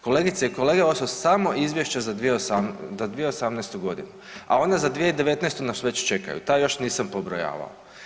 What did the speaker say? Kolegice i kolege, ovo su samo izvješća za 2018.g., a onda za 2019. nas već čekaju, ta još nisam pobrojavao.